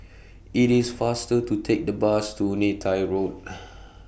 IT IS faster to Take The Bus to Neythai Road